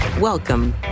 Welcome